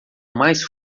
mais